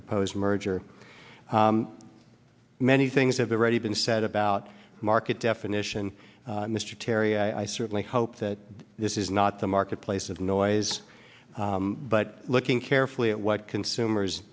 proposed merger many things have already been said about market definition mr terry i certainly hope that this is not the marketplace of noise but looking carefully at what consumers